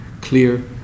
clear